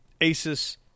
Asus